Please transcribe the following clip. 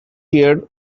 year